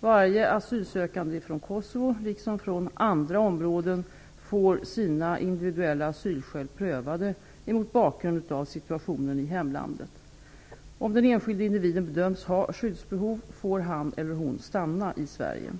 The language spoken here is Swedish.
Varje asylsökande, från Kosovo liksom från andra områden, får sina individuella asylskäl prövade mot bakgrund av situationen i hemlandet. Om den enskilde individen bedöms ha skyddsbehov får han eller hon stanna i Sverige.